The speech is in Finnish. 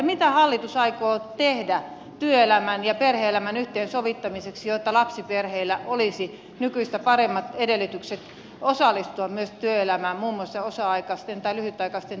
mitä hallitus aikoo tehdä työelämän ja perhe elämän yhteensovittamiseksi jotta lapsiperheillä olisi nykyistä paremmat edellytykset osallistua myös työelämään muun muassa osa aikaisten tai lyhytaikaisten työsuhteitten kautta